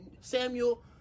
Samuel